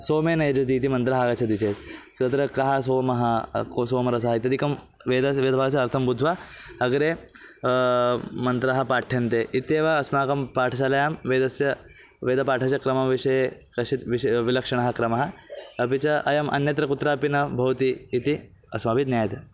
सोमेन यजति इति मन्त्रः आगच्छति चेत् तत्र कः सोमः कः सोमरसः इत्यदिकं वेदस्य वेदभाषा अर्थं बुध्वा अग्रे मन्त्राः पाठ्यन्ते इत्येव अस्माकं पाठशालायां वेदस्य वेदपाठस्य क्रमविषये कश्चित् विष् विलक्षणः क्रमः अपि च अयम् अन्यत्र कुत्रापि न भवति इति अस्माभिः ज्ञायते